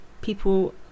people